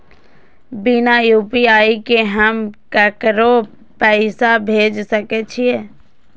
बिना यू.पी.आई के हम ककरो पैसा भेज सके छिए?